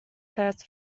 passed